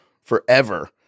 forever